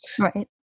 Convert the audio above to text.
Right